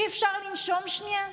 אי-אפשר לנשום שנייה?